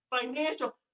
Financial